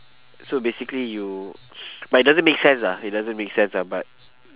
so basically you but it doesn't make sense lah it doesn't make sense lah but